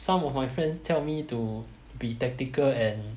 some of my friends tell me to be tactical and